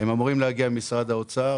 הם אמורים להגיע ממשרד האוצר,